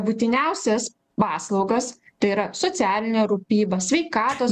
būtiniausias paslaugas tai yra socialinę rūpybą sveikatos